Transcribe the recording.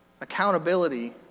Accountability